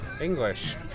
English